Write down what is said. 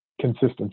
consistency